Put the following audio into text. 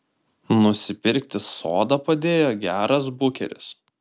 nusipirkti sodą padėjo geras bukeris